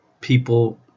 people